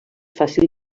fàcil